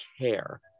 care